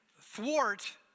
thwart